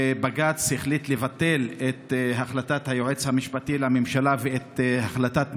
ובג"ץ החליט לבטל את החלטת היועץ המשפטי לממשלה ואת החלטת מח"ש,